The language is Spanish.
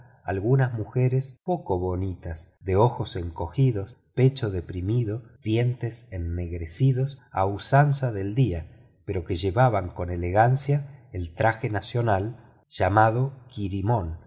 algunas mujeres poco bonitas de ojos encogidos pecho deprimido dientes ennegrecidos a usanza del día pero que llevaban con elegancia el traje nacional llamado